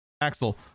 Axel